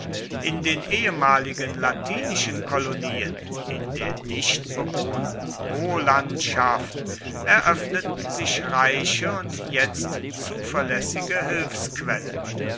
in den ehemaligen latinischen kolonien in der dicht bewohnten polandschaft eröffneten sich reiche und jetzt zuverlässige